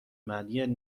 معنی